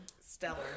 Stellar